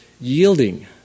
yielding